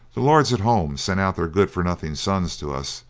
the lords at home sends out their good-for-nothing sons to us,